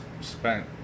spent